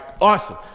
awesome